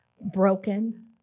broken